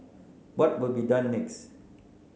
what will be done next